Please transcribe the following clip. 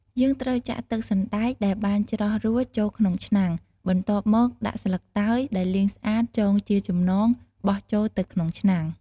យើងត្រូវចាក់ទឹកសណ្តែកដែលបានច្រោះរួចចូលក្នុងឆ្នាំង បន្ទាប់មកដាក់ស្លឹកតើយដែលលាងស្អាតចងជាចំណង បោះចូលទៅក្នុងឆ្នាំង ។